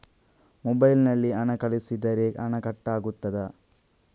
Mobile ನಲ್ಲಿ ಹಣ ಕಳುಹಿಸಿದರೆ ಹಣ ಕಟ್ ಆಗುತ್ತದಾ?